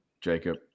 Jacob